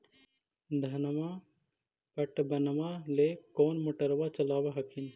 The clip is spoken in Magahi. धनमा पटबनमा ले कौन मोटरबा चलाबा हखिन?